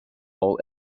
all